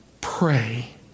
pray